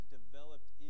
developed